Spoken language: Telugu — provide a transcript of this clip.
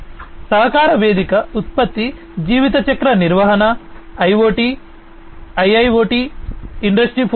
కాబట్టి సహకార వేదిక ఉత్పత్తి జీవితచక్ర నిర్వహణ IoT IIoT ఇండస్ట్రీ 4